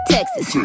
Texas